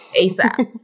ASAP